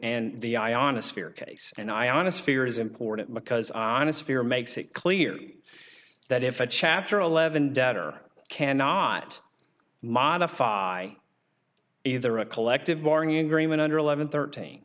and the eye on a sphere case and i honest fear is important because honest fear makes it clear that if a chapter eleven debtor cannot modify either a collective bargaining agreement under eleven thirteen